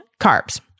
carbs